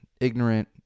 ignorant